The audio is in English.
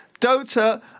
Dota